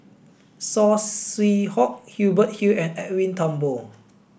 Saw Swee Hock Hubert Hill and Edwin Thumboo